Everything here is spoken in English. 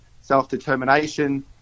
self-determination